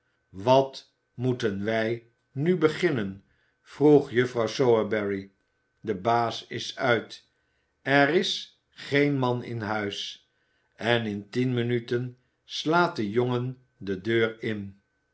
wat moeten wij nu beginnen vroeg juffrouw sowerberry de baas is uit er is geen man in huis en in tien minuten slaat de jongen de deur in